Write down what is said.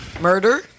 Murder